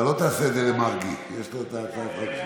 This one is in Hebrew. אתה לא תעשה את זה למרגי, יש לו את אותה הצעת חוק.